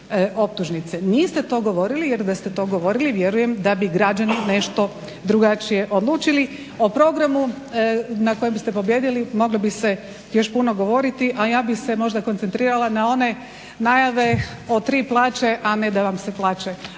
Niste to govorili jer da ste to govorili vjerujem da bi građani nešto drugačije odlučili. O programu na kojem ste pobijedili moglo bi se još puno govoriti, a ja bih se možda koncentrirala na one najave o tri plaće, a ne da vam se plače.